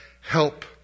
help